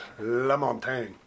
LaMontagne